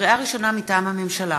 לקריאה ראשונה, מטעם הממשלה: